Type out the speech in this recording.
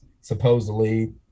supposedly